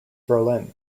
berlin